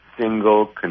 Single